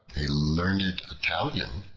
a learned italian,